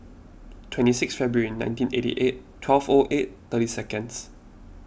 twenty six February nineteen eighty eight twelve O eight thirty seconds